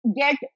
get